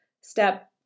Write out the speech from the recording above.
Step